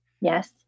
Yes